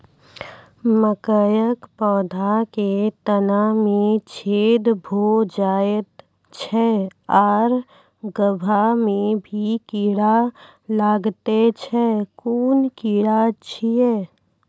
मकयक पौधा के तना मे छेद भो जायत छै आर गभ्भा मे भी कीड़ा लागतै छै कून कीड़ा छियै?